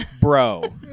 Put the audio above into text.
Bro